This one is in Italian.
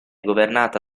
governata